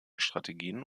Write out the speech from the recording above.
strategien